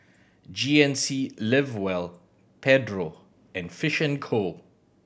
G N C Live well Pedro and Fish and Co